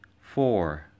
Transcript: Four